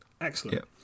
Excellent